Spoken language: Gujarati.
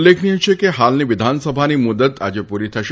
ઉલ્લેખનિય છે કે હાલની વિધાનસભાની મુદ્દત આજે પૂરી થશે